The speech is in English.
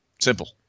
Simple